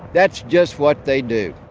that's just what they do.